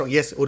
yes